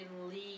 lead